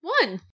One